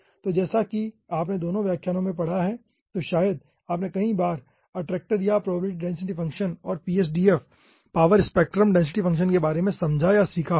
तो जैसा कि आपने दोनों व्याख्यान में पढ़ा है तो शायद आपने कई बार अट्रैक्टर या प्रोबेबिलिटी डेंसिटी फ़ंक्शन और PSDF power spectrum density function के बारे में समझा या सीखा होगा